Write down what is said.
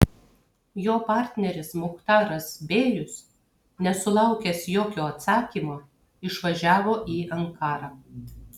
jo partneris muchtaras bėjus nesulaukęs jokio atsakymo išvažiavo į ankarą